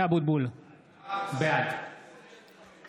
(קורא